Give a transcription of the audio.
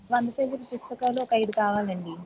వంద పేజీల పుస్తకాలు ఒక అయిదు కావాలండీ